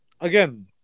again